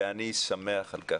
ואני שמח על כך,